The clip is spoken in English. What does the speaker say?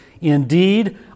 Indeed